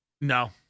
No